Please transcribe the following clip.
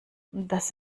das